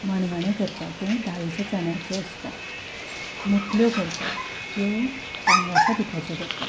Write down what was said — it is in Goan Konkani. मणगणे करता तें दाळीच्या चण्यांचें आसता मुटल्यो करता त्यो तानळाच्या पिठाच्यो करता